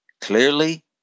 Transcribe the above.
clearly